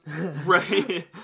Right